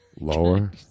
Lower